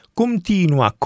continua